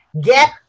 get